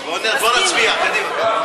בואו נצביע, קדימה.